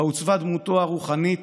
בה עוצבה דמותו הרוחנית,